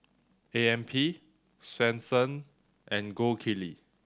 A M P Swensens and Gold Kili